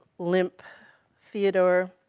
limp theodore,